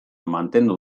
mantendu